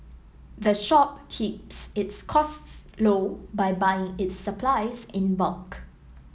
the shop keeps its costs low by buying its supplies in bulk